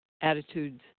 attitudes